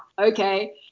okay